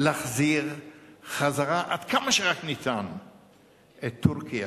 להחזיר עד כמה שרק ניתן את טורקיה